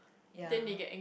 ya